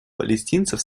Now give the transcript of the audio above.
палестинцев